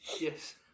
Yes